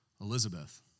Elizabeth